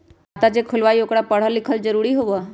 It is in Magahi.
खाता जे केहु खुलवाई ओकरा परल लिखल जरूरी वा?